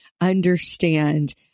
understand